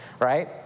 Right